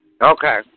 Okay